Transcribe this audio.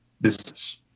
business